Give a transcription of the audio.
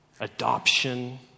adoption